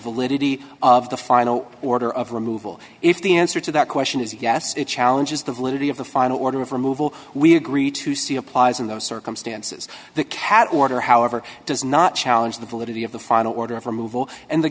validity of the final order of removal if the answer to that question is yes it challenges the validity of the final order of removal we agree to see applies in those circumstances the cat order however does not challenge the validity of the final order